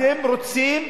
אתם רוצים,